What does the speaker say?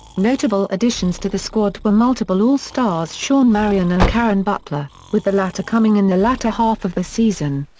notable additions to the squad were multiple all-stars shawn marion and caron butler, with the latter coming in the latter half of the season.